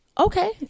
okay